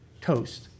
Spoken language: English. Toast